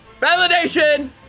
Validation